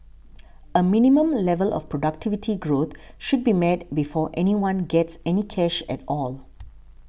a minimum level of productivity growth should be met before anyone gets any cash at all